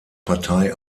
partei